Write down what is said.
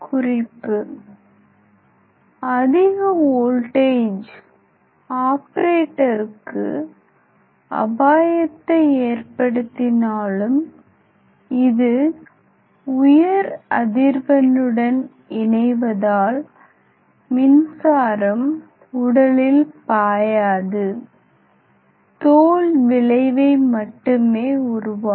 குறிப்பு அதிக வோல்டேஜ் ஆபரேட்டருக்கு அபாயத்தை ஏற்படுத்தினாலும் இது உயர் அதிர்வெண்ணுடன் இணைவதால் மின்சாரம் உடலில் பாயாது தோல் விளைவை மட்டுமே உருவாக்கும்